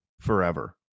forever